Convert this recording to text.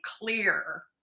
clear